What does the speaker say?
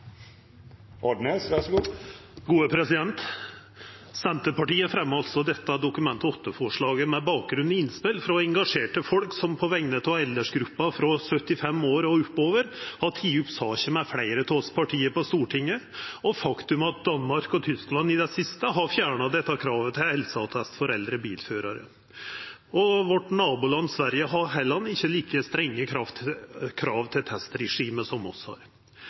Senterpartiet fremjar dette Dokument 8-forslaget med bakgrunn i innspel frå engasjerte folk som, på vegner av aldersgruppa frå 75 år og oppover, har teke opp saka med fleire av partia på Stortinget, og det faktum at Danmark og Tyskland i det siste har fjerna dette kravet til helseattest for eldre bilførarar. Vårt naboland Sverige har heller ikkje like strenge krav til testregime som vi har.